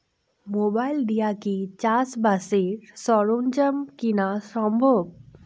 Mobile দিয়া কি চাষবাসের সরঞ্জাম কিনা সম্ভব?